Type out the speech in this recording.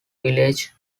village